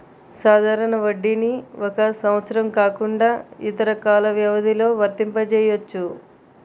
సాధారణ వడ్డీని ఒక సంవత్సరం కాకుండా ఇతర కాల వ్యవధిలో వర్తింపజెయ్యొచ్చు